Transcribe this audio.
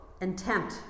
intent